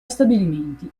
stabilimenti